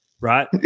right